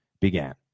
began